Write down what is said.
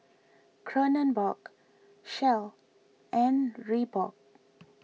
Kronenbourg Shell and Reebok